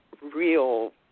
real